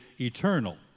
eternal